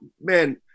man